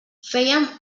fèiem